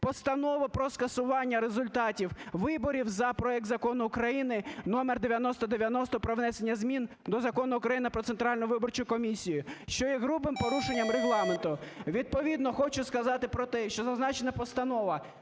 Постанова про скасування результатів виборів за проект Закону України № 9090 про внесення змін до Закону України "Про Центральну виборчу комісію", що є грубим порушенням Регламенту. Відповідно хочу сказати про те, що зазначена постанова